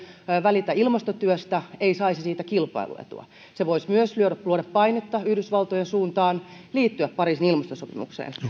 välitä ilmastotyöstä ei saisi siitä kilpailuetua tämä voisi myös luoda painetta yhdysvaltojen suuntaan liittyä pariisin ilmastosopimukseen